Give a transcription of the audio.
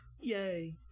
yay